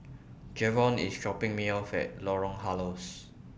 Jevon IS dropping Me off At Lorong Halus